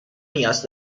نیاز